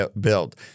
build